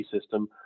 system